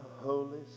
Holy